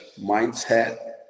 mindset